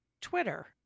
Twitter